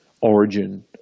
Origin